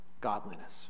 godliness